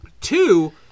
Two